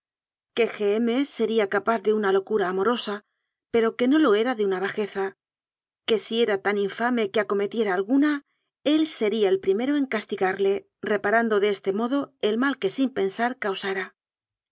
que g m sería capaz de una locu ra amorosa pero que no lo era de una bajeza que si era tan infame que cometiera alguna él se ría el primero en castigarle reparando de este modo el mal que sin pensar causara